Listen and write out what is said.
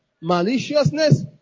maliciousness